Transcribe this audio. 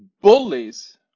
bullies